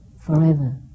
forever